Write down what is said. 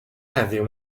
heddiw